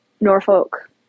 Norfolk